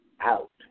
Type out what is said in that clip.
out